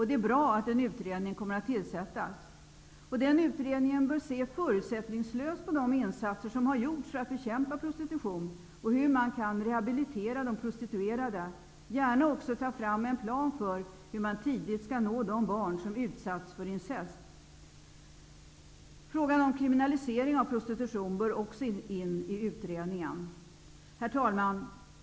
Det är bra att en utredning kommer att tillsättas. Utredningen bör se förutsättningslöst på de insatser som har gjorts för att bekämpa prostitutionen och på hur man rehabilitera de prostituerade, och gärna också ta fram en plan för hur man tidigt skall nå de barn som utsatts för incest. Frågan om kriminalisering av prostitution bör också in i utredningen. Herr talman!